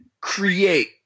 create